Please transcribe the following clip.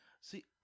See